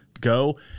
Go